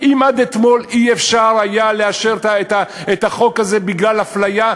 אם עד אתמול לא היה אפשר לאשר את החוק הזה בגלל אפליה,